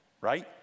right